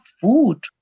food